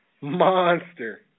Monster